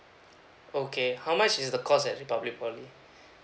okay how much is the course at the republic poly